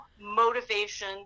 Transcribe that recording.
motivation